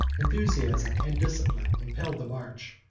enthusiasm and discipline impelled the march,